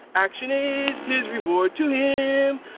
action is his reward. to him,